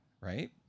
right